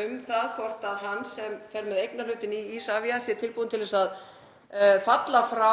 um það hvort hann sem fer með eignarhlutinn í Isavia sé tilbúinn til að falla frá